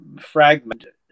fragmented